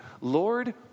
Lord